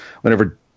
whenever